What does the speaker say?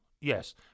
yes